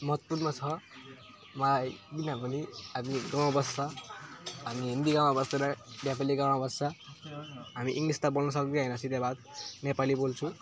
महत्त्वपूर्ण छ मलाई किनभने हामी गाउँमा बस्छ हामी हिन्दी गाउँमा बस्दैन नेपाली गाउँमा बस्छ हामी इङ्लिस त बोल्न सक्ने हैन सिधै बात नेपाली बोल्छौँ